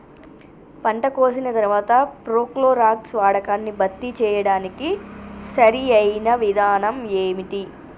పంట కోసిన తర్వాత ప్రోక్లోరాక్స్ వాడకాన్ని భర్తీ చేయడానికి సరియైన విధానం ఏమిటి?